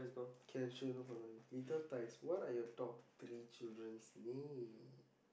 can sure no problem little types what are your top three children's name